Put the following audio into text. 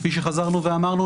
כפי שחזרנו ואמרנו,